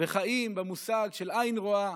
וחיים במושג של עין רואה